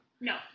No